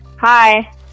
Hi